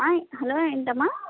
hello ఏంటమ్మా